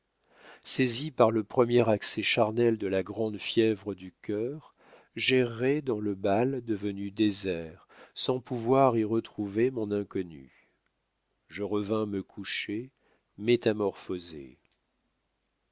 saisi par le premier aspect charnel de la grande fièvre du cœur j'errai dans le bal devenu désert sans pouvoir y retrouver mon inconnue je revins me coucher métamorphosé